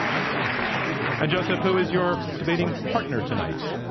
um josef, who is your debating partner tonight?